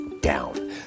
down